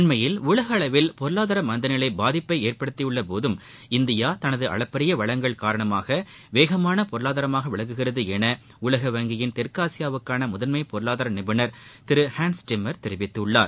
அண்மையில் உலக அளவில் பொருளாதார மந்தநிலை பாதிப்பை ஏற்படுத்தியுள்ள போதும் இந்தியா தனது அளப்பரிய வளங்கள் காரணமாக வேகமாக பொருளாதாரமாக விளங்குகிறது என உலக வங்கியின் தெற்காசியாவுக்கான முதன்மை பொருளாதார நிபுணர் திரு ஹான்ஸ்டிம்மர் தெரிவித்துள்ளார்